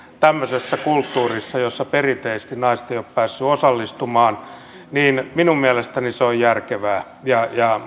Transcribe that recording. tämmöisessä kulttuurissa jossa perinteisesti naiset eivät ole päässeet osallistumaan minun mielestäni järkevää ja